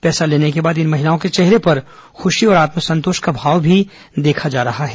पैसा लेने के बाद इन महिलाओं के चेहरे पर खुशी और आत्मसंतोष का भाव भी देखा जा रहा है